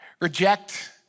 reject